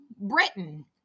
Britain